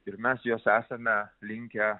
ir mes juos esame linkę